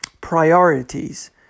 priorities